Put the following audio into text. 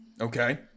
okay